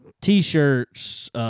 T-shirts